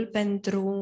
pentru